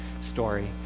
story